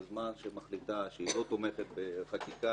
בזמן שהיא מחליטה שהיא לא תומכת בחקיקה